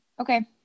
Okay